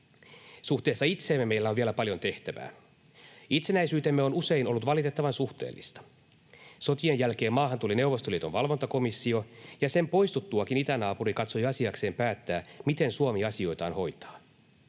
Suhteessa itseemme meillä on vielä paljon tehtävää. Itsenäisyytemme on usein ollut valitettavan suhteellista. Sotien jälkeen maahan tuli Neuvostoliiton valvontakomissio, ja sen poistuttuakin itänaapuri katsoi asiakseen päättää, miten Suomi asioitaan hoitaa.